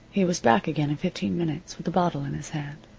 he was back again in fifteen minutes, with a bottle in his hand.